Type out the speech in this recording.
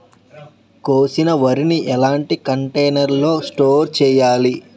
కోసిన వరిని ఎలాంటి కంటైనర్ లో స్టోర్ చెయ్యాలి?